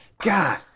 God